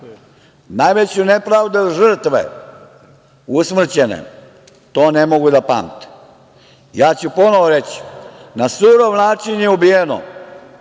Najveću nepravdu žrtve usmrćene to ne mogu da pamte. Ponovo ću reći, na surov način je ubijeno